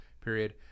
period